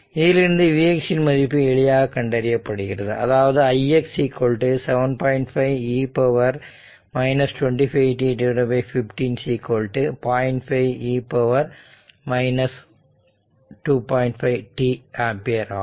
இதுதான் ix இன் மதிப்பு ஆகும்